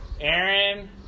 Aaron